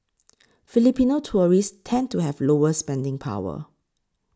Filipino tourists tend to have lower spending power